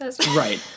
Right